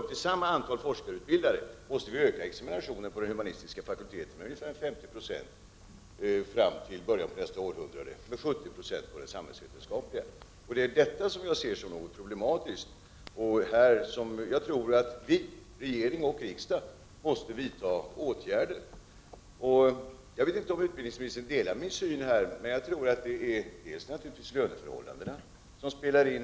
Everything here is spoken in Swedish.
Fram till början av nästa århundrade måste vi öka examinationen på de humanistiska fakulteterna med ungefär 50 20 och på de samhällsvetenskapliga med 70 96. Det här upplever jag som ett problem, och jag tror att vi — regering och riksdag — måste vidta åtgärder. Jag vet inte om utbildningsministern delar min syn här, men jag tror att t.ex. löneförhållandena spelar in.